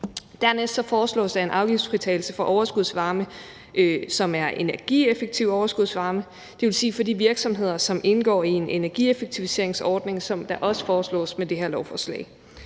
Dernæst foreslås der en afgiftsfritagelse for overskudsvarme, som er energieffektiv overskudsvarme, det vil sige for de virksomheder, som indgår i en energieffektiviseringsordning, som også foreslås med det her lovforslag.